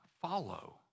follow